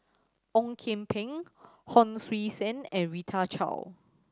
Ong Kian Peng Hon Sui Sen and Rita Chao